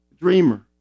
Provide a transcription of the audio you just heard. dreamer